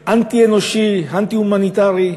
אנטי-אנושי, אנטי-הומניטרי.